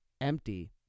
empty